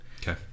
Okay